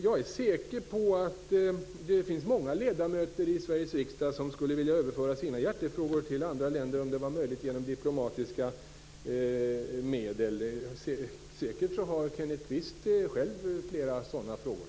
Jag är säker på att det finns många ledamöter i Sveriges riksdag som skulle vilja överföra sina hjärtefrågor till andra länder genom diplomatiska medel om detta vore möjligt. Säkert har Kenneth Kvist själv flera sådana frågor.